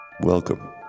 Welcome